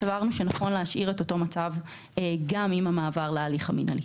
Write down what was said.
סברנו שנכון להשאיר את אותו מצב גם עם המעבר להליך המינהלי.